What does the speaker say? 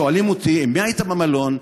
שואלים אותי: עם מי היית במלון?